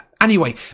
Anyway